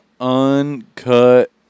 uncut